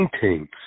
Paintings